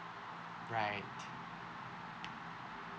right